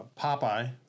Popeye